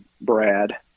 Brad